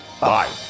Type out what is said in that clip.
Bye